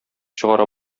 чыгара